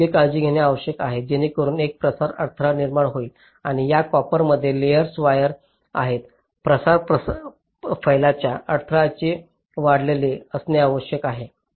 तर योग्य काळजी घेणे आवश्यक आहे जेणेकरून एक प्रसार अडथळा निर्माण होईल आणि या कॉपरच्या लेयर्स वायर्स आहेत प्रसार फैलाच्या अडथळाने वेढलेले असणे आवश्यक आहे